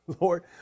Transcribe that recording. Lord